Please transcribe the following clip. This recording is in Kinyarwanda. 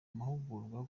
amahugurwa